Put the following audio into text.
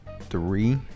three